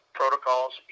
protocols